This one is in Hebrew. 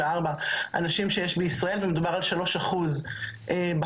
אנשים שיש בישראל ומדובר על 3% בחקלאות,